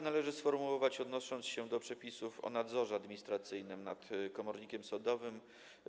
Należy sformułować uwagi odnoszące się do przepisów o nadzorze administracyjnym nad komornikiem sądowym.